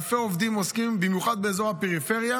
אלפי עובדים עוסקים במיוחד באזור הפריפריה,